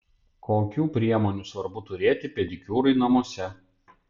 kokių priemonių svarbu turėti pedikiūrui namuose